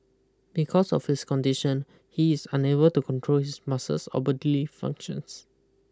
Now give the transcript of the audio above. because of his condition he is unable to control his muscles or body functions